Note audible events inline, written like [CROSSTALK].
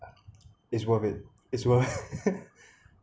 it's worth it it's worth [LAUGHS]